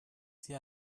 sie